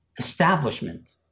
establishment